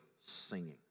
Singing